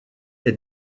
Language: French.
est